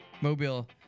mobile